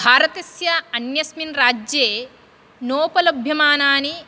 भारतस्य अस्यस्मिन् राज्ये नोपलभ्यमानानि